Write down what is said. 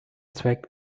zweck